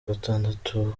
gatandatu